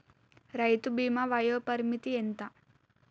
రైతు బీమా వయోపరిమితి ఎంత?